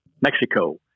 Mexico